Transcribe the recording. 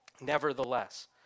Nevertheless